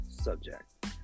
subject